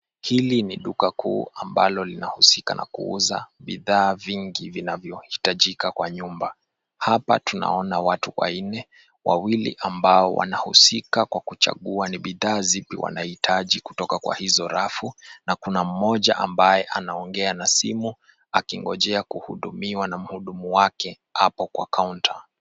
Hili ni duka kuu ambalo linahusika na kuuza bidhaa vingi vinavyoitajika kwa nyumba. Hapa tunaona watu wanne ,wawili ambao wanahusika kwa kuvmchagua ni bidhaa zipi wanaitaji kutoka kwa hizo rafu. Na kuna mmoja ambaye anaongea na simu akingojea kuhudumiwa na mhudumu wake hapo kwa kaunta.